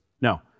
No